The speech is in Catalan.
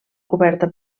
coberta